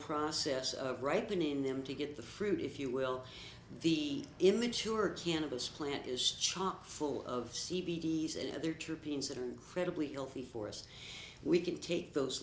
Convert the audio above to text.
process of writing in them to get the fruit if you will the immature cannabis plant is chock full of c b s and other true pins that are incredibly healthy for us we can take those